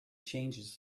changes